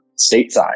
stateside